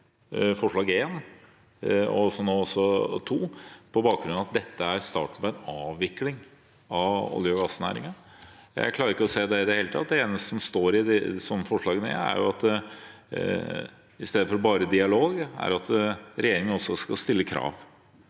forslag nr. 2 – på bakgrunn av at dette angivelig er starten på en avvikling av olje- og gassnæringen. Jeg klarer ikke å se det i det hele tatt. Det eneste som står i forslagene, er at i stedet for bare å ha dialog skal regjeringen også stille krav.